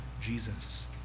Jesus